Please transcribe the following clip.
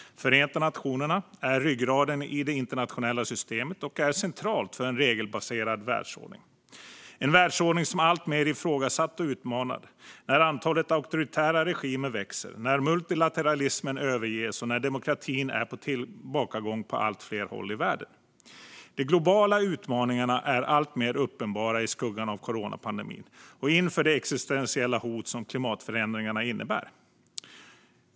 Förenta nationerna är ryggraden i det internationella systemet och är centralt för en regelbaserad världsordning. Det är en världsordning som är alltmer ifrågasatt och utmanad när antalet auktoritära regimer växer, när multilateralismen överges och när demokratin är på tillbakagång på allt fler håll i världen. De globala utmaningarna blir alltmer uppenbara i skuggan av coronapandemin och inför det existentiella hot som klimatförändringarna innebär.